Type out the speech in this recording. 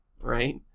right